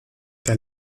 der